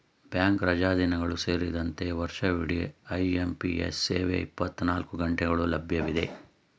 bank ರಜಾದಿನಗಳು ಸೇರಿದಂತೆ ವರ್ಷವಿಡಿ ಐ.ಎಂ.ಪಿ.ಎಸ್ ಸೇವೆ ಇಪ್ಪತ್ತನಾಲ್ಕು ಗಂಟೆಗಳು ಲಭ್ಯವಿದೆ